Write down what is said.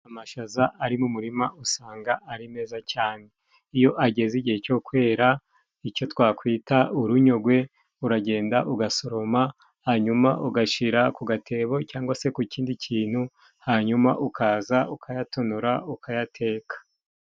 Amashaza ari mu murima usanga ari meza cyane, iyo ageze igihe cyo kwera icyo twakwita urunyogwe, uragenda ugasoroma hanyuma ugashyira ku gatebo, cyangwa se ku kindi kintu hanyuma ukaza ukayatonora ukayateka.